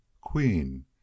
Queen